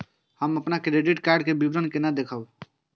हम अपन credit card के विवरण केना देखब?